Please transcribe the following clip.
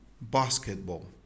basketball